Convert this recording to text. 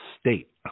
state